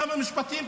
כמה משפטים,